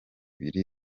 ibiri